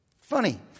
Funny